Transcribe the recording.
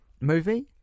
movie